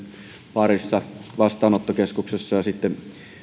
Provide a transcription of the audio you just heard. parissa vastaanottokeskuksessa ja sitten